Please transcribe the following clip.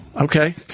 Okay